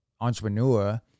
entrepreneur